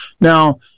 now